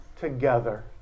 together